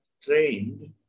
trained